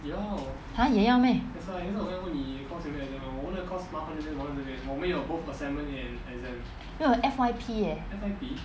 !huh! 也要 meh 没有 F_Y_P leh